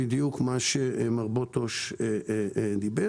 בדיוק מה שמר בוטוש אמר.